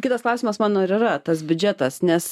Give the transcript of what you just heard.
kitas klausimas mano ir yra tas biudžetas nes